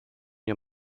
nie